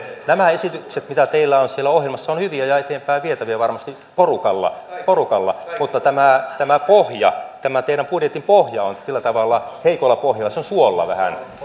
nämä esitykset mitä teillä on siellä ohjelmassa ovat hyviä ja varmasti porukalla eteenpäinvietäviä mutta tämä teidän budjettinne pohja on sillä tavalla heikolla pohjalla se on suolla vähän